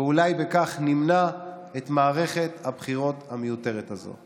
ואולי בכך נמנע את מערכת הבחירות המיותרת הזאת.